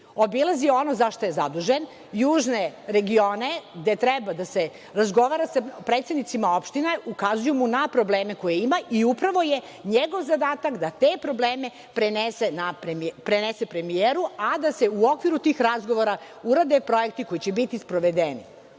obilazi ono za šta je zadužen, južne regione gde treba da se razgovara sa predsednicima opštine, ukazuju mu na probleme koje ima i upravo je njegov zadatak da te probleme prenese premijeru, a da se u okviru tih razgovora urade projekti koji će biti sprovedeni. Znači,